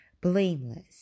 Blameless